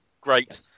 great